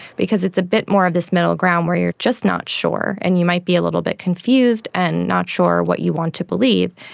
because it's a bit more of this middle ground where you are just not sure, and you might be a little bit confused and not sure what you want to believe.